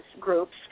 groups